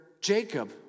Jacob